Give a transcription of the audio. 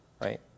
right